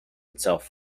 itself